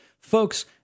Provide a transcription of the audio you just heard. folks